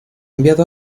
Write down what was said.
enviado